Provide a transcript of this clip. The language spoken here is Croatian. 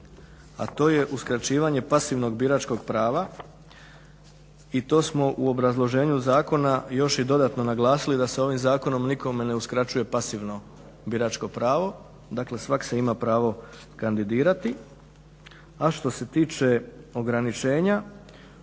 a to je uskraćivanje pasivnog biračkog prava i to smo u obrazloženju zakona još i dodatno naglasili da se ovim zakonom nikome ne uskraćuje pasivno biračko pravo. Dakle svak se ima pravo kandidirati, a što se tiče ograničenja,